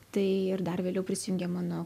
tai ir dar vėliau prisijungė mano